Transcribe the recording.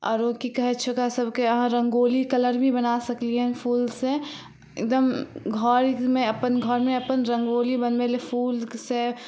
आरो कि कहै छै ओकरा सबके अहाँ रंगोली कलर भी बना सकलियै हन फूल से एकदम घरमे अपन घरमे अपन रंगोली बनबै लए फूल से